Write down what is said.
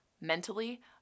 mentally